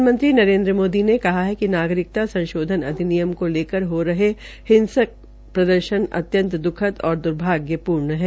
प्रधानमंत्री नरेन्द्र मोदी ने कहा है कि नागरिकता संशोधन अधिनियम को लेकर हिसंक विरोध अत्यंत द्खद और द्भाग्यपूर्ण है